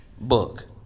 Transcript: Book